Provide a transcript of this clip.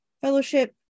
fellowship